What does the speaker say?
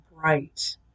bright